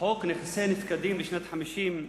חוק נכסי נפקדים משנת 1950,